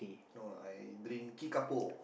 no I drink Kickapoo